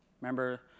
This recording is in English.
Remember